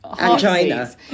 angina